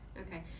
okay